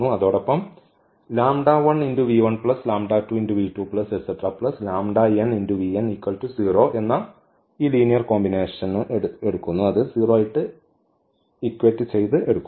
അതോടൊപ്പം എന്ന ഈ ലീനിയർ കോമ്പിനേഷനും എടുക്കുന്നു